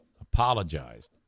apologized